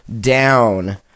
down